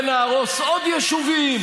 ונהרוס עוד יישובים,